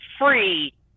free